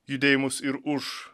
judėjimus ir už